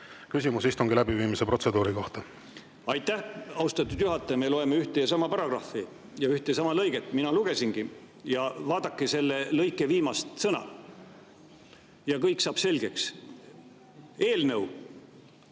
küsimus istungi läbiviimise protseduuri kohta! Aitäh, austatud juhataja! Me loeme ühte ja sama paragrahvi ja ühte ja sama lõiget. Mina lugesingi, vaadake selle lõike viimast sõna ja kõik saab selgeks: eelnõu.